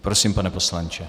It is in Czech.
Prosím, pane poslanče.